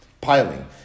Piling